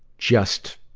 just,